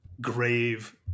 grave